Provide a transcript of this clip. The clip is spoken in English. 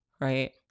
right